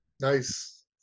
Nice